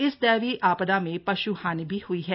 इस दैवीय आपदा में पश् हानि भी हई है